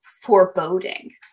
foreboding